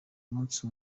umunsi